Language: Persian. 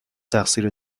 تقصیر